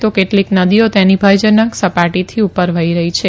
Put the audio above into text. તો કેટલીક નદીઓ તેના ભયજનક સપાટીથી ઉપર વઠ્ઠી રઠ્ઠી છે